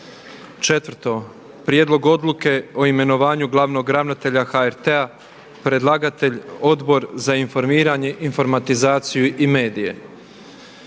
je Prijedlog odluke o imenovanju glavnog ravnatelja HRT-a. Predlagatelj je Odbor za informiranje, informatizaciju i medije